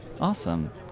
Awesome